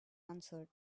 answered